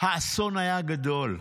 האסון היה גדול.